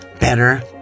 better